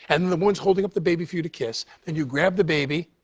and the woman is holding up the baby for you to kiss. then you grab the baby.